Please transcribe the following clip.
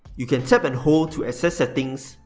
you can tap and hold to access settings,